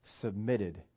submitted